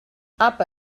apa